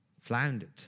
floundered